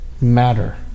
matter